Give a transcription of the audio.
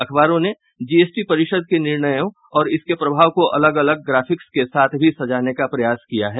अखबारों ने जीएसटी परिषद के निर्णयों और इसके प्रभाव को अलग अलग ग्राफिक्स के साथ भी सजाने का प्रयास भी किया है